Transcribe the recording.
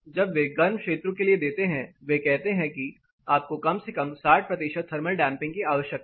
जब वे गर्म क्षेत्रों के लिए देते हैं वे कहते हैं कि आपको कम से कम 60 प्रतिशत थर्मल डैंपिंग की आवश्यकता है